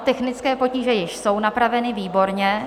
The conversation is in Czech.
Technické potíže již jsou napraveny, výborně.